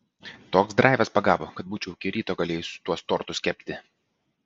toks draivas pagavo kad būčiau iki ryto galėjus tuos tortus kepti